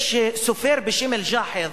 יש סופר בשם אל-ג'אחז',